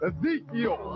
Ezekiel